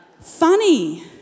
funny